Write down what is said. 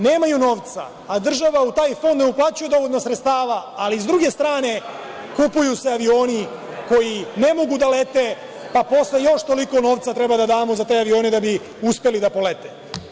Nemaju novca a država u taj fond ne uplaćuje dovoljno sredstava, ali s druge strane, kupuju se avioni koji ne mogu da lete, pa posle još toliko novca treba da damo za te avione da bi uspeli da polete.